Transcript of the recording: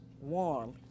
warm